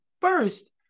First